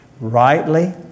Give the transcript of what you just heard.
rightly